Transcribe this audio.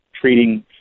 treating